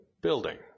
building